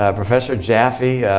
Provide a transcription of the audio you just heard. ah professor jaffe,